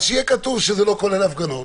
אז שיהיה כתוב שזה לא כולל ההפגנות.